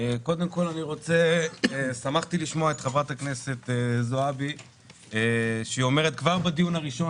קודם כל שמחתי לשמוע את חברת הכנסת זועבי שהיא אומרת כבר בדיון הראשון,